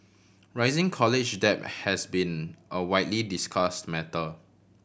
rising college debt has been a widely discussed matter